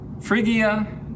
Phrygia